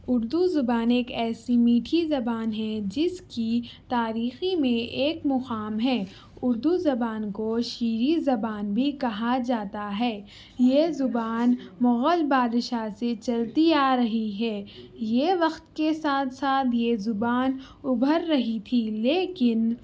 اردو زبان ایک ایسی میٹھی زبان ہے جس کی تاریخی میں ایک مقام ہے اردو زبان کو شیریں زبان بھی کہا جاتا ہے یہ زبان مغل بادشاہ سے چلتی آرہی ہے یہ وقت کے ساتھ ساتھ یہ زبان ابھر رہی تھی لیکن